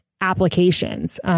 applications